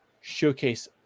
showcase